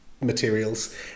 materials